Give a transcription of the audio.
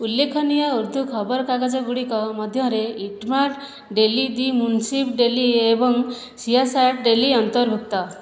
ଉଲ୍ଲେଖନୀୟ ଉର୍ଦ୍ଦୁ ଖବରକାଗଜଗୁଡ଼ିକ ମଧ୍ୟରେ Etemaad daily the Munsif daily ଏବଂ ସିଆସାଟ୍ ଡେଲି ଅନ୍ତର୍ଭୁକ୍ତ